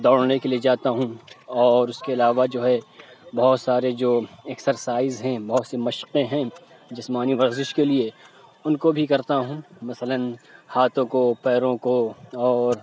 دوڑنے کے لیے جاتا ہوں اور اس کے علاوہ جو ہے بہت سارے جو ایکسرسائز ہیں بہت سی مشقیں ہیں جسمانی ورزش کے لیے ان کو بھی کرتا ہوں مثلاً ہاتھوں کو پیروں کو اور